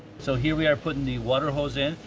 so here we are putting the water hose in.